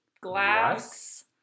glass